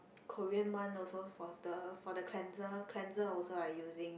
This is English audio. Korean one also for the for the cleanser cleanser also I using